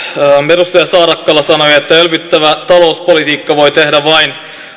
edustaja saarakkala sanoi että elvyttävää talouspolitiikkaa voi tavallaan tehdä vain